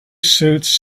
suits